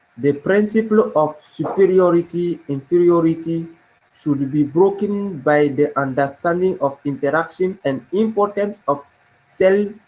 the principle of superiority inferiority should be broken by the understanding of interaction and importance of cell,